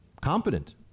competent